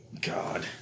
God